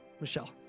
Michelle